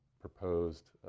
proposed